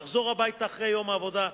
לחזור הביתה אחרי יום עבודה,